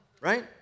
right